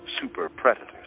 super-predators